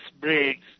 Briggs